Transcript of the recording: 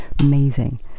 amazing